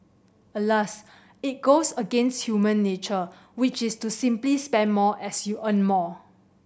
Alas it goes against human nature which is to simply spend more as you earn more